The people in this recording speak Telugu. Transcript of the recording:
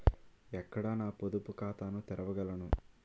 ఎక్కడ నా పొదుపు ఖాతాను తెరవగలను?